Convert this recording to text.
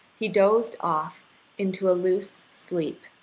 he dozed off into a loose sleep,